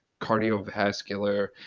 cardiovascular